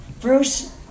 Bruce